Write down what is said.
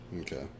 Okay